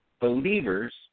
believers